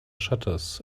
shutters